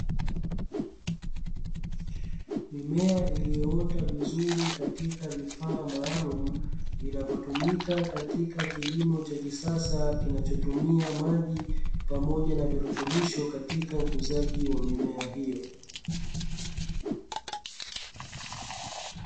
Mimea iliyoota vizuri katika vifaa maalumu vinavotumika katika kilimo cha kisasa, kinachotumia maji pamoja na virutubisho katika ukuzaji wa mimea hiyo.